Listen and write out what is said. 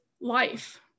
life